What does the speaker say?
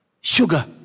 sugar